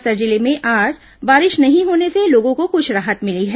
बस्तर जिले में आज बारिश नहीं होने से लोगों को कुछ राहत मिली है